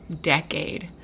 decade